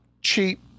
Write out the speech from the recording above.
cheap